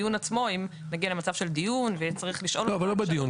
אם נגיע למצב של דיון ויהיה צריך לשאול --- לא בדיון,